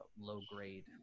low-grade